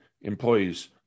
employees